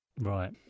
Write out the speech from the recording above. right